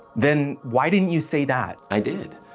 then why didn't you say that? i did,